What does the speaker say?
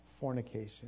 fornication